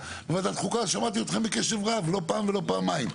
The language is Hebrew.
בוועדת החוקה אני שמעתי אתכם בקשב רב לא פעם ולא פעמיים.